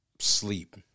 Sleep